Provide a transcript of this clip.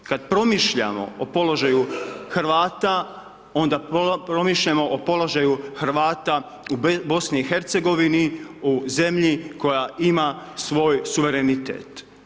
Kada promišljamo o položaju Hrvata onda promišljamo o položaju Hrvata u Bosni i Hercegovini u zemlji koja ima svoj suverenitet.